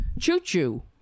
choo-choo